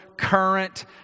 current